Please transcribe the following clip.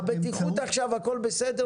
הבטיחות עכשיו, הכול בסדר?